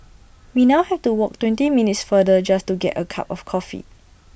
we now have to walk twenty minutes farther just to get A cup of coffee